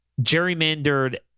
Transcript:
gerrymandered